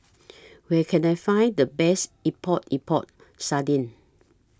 Where Can I Find The Best Epok Epok Sardin